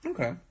Okay